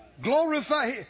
Glorify